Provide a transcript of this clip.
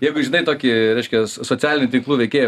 jeigu žinai tokį reiškias socialinių tinklų veikėją